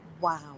wow